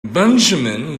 benjamin